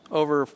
over